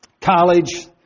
college